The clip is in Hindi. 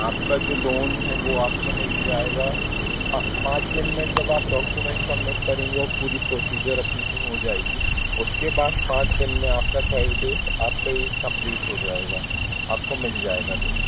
आपका जो लोन है वो आपको मिल जाएगा आप पाँच दिन में जब आप डॉक्यूमेंट्स सब्मिट करेंगे और पूरी प्रोसीजर अपन की हो जाएगी उसके बाद पाँच दिन में आफ्टर फाइव डेज़ आपका ये कम्प्लीट हो जाएगा आपको मिल जाएगा लोन